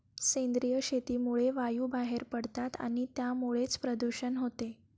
सेंद्रिय शेतीमुळे वायू बाहेर पडतात आणि त्यामुळेच प्रदूषण होते